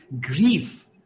grief